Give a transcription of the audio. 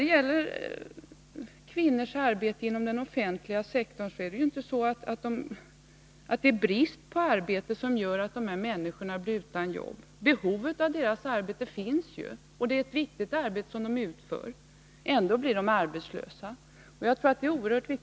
Det är inte brist på arbete som gör att kvinnor blir utan jobb inom den offentliga sektorn. Behovet av deras arbete finns, och det är ett viktigt arbete de utför. Ändå blir de arbetslösa.